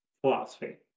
philosophy